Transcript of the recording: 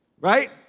Right